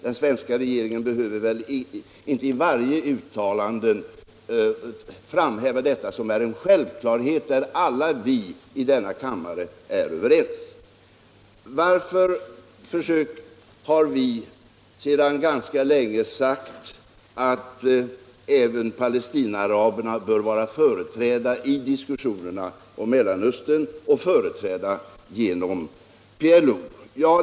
Den svenska regeringen behöver väl inte i varje uttalande framhäva denna solidaritet, som är en självklarhet och som alla vi i denna kammare är överens om. Varför har vi sedan ganska länge sagt att även palestinaaraberna bör vara företrädda i diskussionerna om Mellanöstern och företrädda genom PLO?